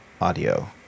audio